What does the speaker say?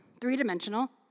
three-dimensional